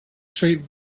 straight